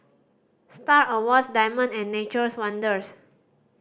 Star Awards Diamond and Nature's Wonders